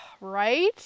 Right